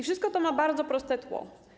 Wszystko to ma bardzo proste tło.